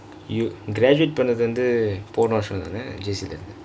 you graduate பன்னாது வந்து போன வர்௸ம் தான:pannathu vanthu pona varsham thaane J_C இருந்து:irundthu